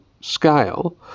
scale